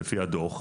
לפי הדוח,